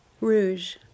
Rouge